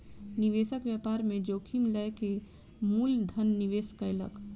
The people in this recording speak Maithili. निवेशक व्यापार में जोखिम लअ के मूल धन निवेश कयलक